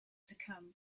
succumb